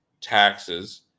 taxes